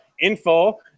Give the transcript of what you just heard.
info